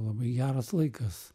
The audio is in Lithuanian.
labai geras laikas